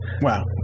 Wow